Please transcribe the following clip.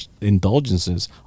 indulgences